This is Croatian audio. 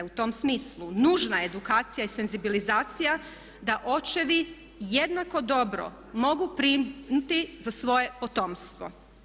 U tom smislu nužna je edukacija i senzibilizacija da očevi jednako dobro mogu brinuti za svoje potomstvo.